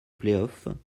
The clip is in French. playoffs